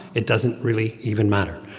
it doesn't really even matter.